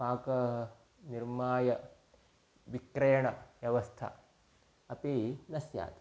पाकं निर्माय विक्रयणव्यवस्था अपि न स्यात्